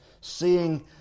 Seeing